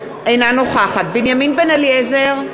אינה נוכחת בנימין בן-אליעזר,